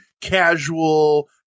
casual